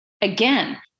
Again